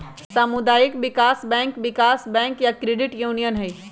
सामुदायिक विकास बैंक एक विकास बैंक या क्रेडिट यूनियन हई